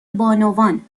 بانوان